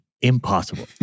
impossible